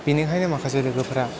बेनिखायनो माखासे लोगोफ्रा